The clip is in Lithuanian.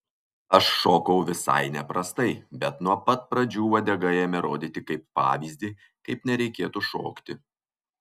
aš šokau visai neprastai bet nuo pat pradžių uodega ėmė rodyti kaip pavyzdį kaip nereikėtų šokti